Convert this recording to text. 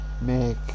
make